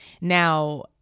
Now